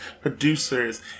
producers